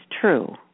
true